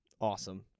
Awesome